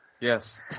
Yes